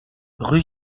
rue